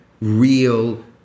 real